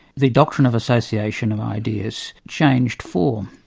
the doctrine of association of ideas changed form,